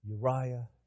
Uriah